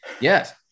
yes